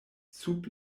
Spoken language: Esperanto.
sub